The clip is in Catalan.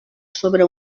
sobre